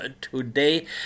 today